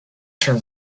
term